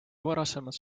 varasemalt